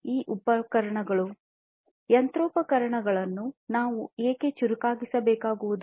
ಈ ಯಂತ್ರೋಪಕರಣಗಳನ್ನು ನಾವು ಏಕೆ ಚುರುಕಾಗಿಸಬೇಕಾಗಿರುವುದು